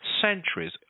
centuries